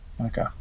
Okay